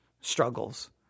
struggles